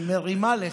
היא מרימה לך.